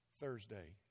Thursday